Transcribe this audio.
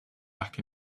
back